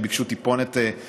הם גם ביקשו טיפונת למשוך,